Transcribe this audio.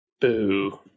Boo